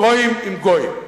גויים עם גויים.